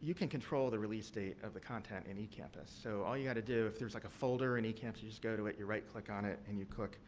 you can control the release date of the content in ecampus. so, all you gotta do, if there's like a folder in ecampus, you go to it. you right-click on it. and, you click